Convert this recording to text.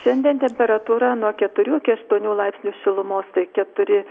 šiandien temperatūra nuo keturių iki aštuonių laipsnių šilumos tai keturi